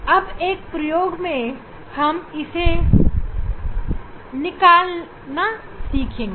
अब एक प्रयोग में हम इसे निकालना सीखेंगे